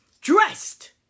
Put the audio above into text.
dressed